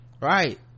right